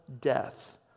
death